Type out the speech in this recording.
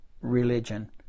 religion